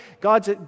God's